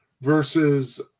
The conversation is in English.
Versus